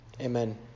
Amen